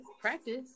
practice